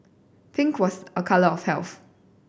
pink was a colour of health